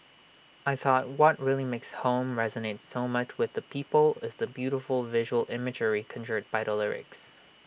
I thought what really makes home resonate so much with the people is the beautiful visual imagery conjured by the lyrics